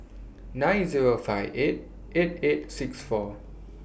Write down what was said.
nine Zero five eight eight eight six four